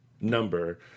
number